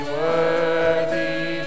worthy